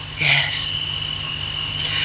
Yes